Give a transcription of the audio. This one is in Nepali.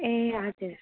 ए हजुर